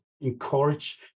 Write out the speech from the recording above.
Encourage